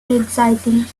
exciting